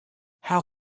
how